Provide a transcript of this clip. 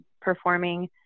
performing